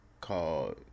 called